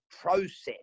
process